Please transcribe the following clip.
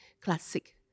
classic